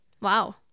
wow